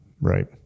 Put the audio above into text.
Right